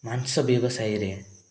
ମାଂସ ବ୍ୟବସାୟୀରେ